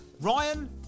Ryan